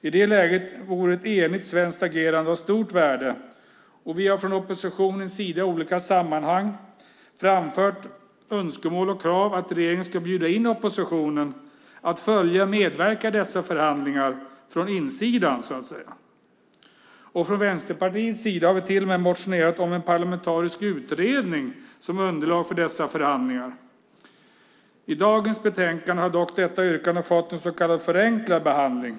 I det läget vore ett enigt svenskt agerande av stort värde. Vi har från oppositionens sida i olika sammanhang framfört önskemål och krav att regeringen ska inbjuda oppositionen att följa och medverka i dessa förhandlingar från insidan så att säga. Från Vänsterpartiets sida har vi till och med motionerat om en parlamentarisk utredning som underlag för dessa förhandlingar. I detta betänkande har dock vårt yrkande fått en så kallad förenklad behandling.